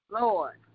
Lord